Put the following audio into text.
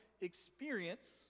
experience